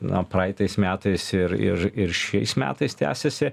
na praeitais metais ir ir ir šiais metais tęsiasi